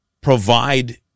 provide